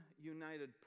united